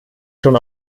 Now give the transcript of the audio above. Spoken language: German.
schon